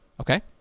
Okay